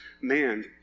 man